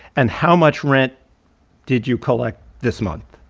and how much rent did you collect this month?